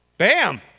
Bam